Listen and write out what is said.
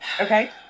Okay